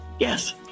Yes